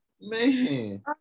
Man